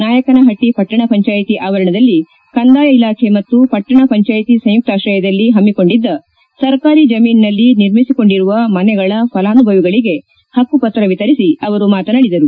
ನಾಯಕನಹಟ್ಟಿ ಪಟ್ಟಣ ಪಂಚಾಯಿತಿ ಆವರಣದಲ್ಲಿ ಕಂದಾಯ ಇಲಾಖೆ ಮತ್ತು ಪಟ್ಟಣ ಪಂಚಾಯಿತಿ ಸಂಯುಕ್ತಾಶ್ರಯದಲ್ಲಿ ಹಮ್ಮಿಕೊಂಡಿದ್ದ ಸರ್ಕಾರಿ ಜಮೀನಿನಲ್ಲಿ ನಿರ್ಮಿಸಿಕೊಂಡಿರುವ ಮನೆಗಳ ಫಲಾನುಭವಿಗಳಿಗೆ ಹಕ್ಕುಪತ್ರ ವಿತರಿಸಿ ಅವರು ಮಾತನಾದಿದರು